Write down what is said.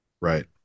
right